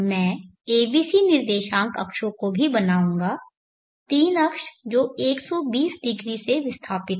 मैं a b c निर्देशांक अक्षों को भी बनाऊंगा 3 अक्ष जो 1200 से विस्थापित हैं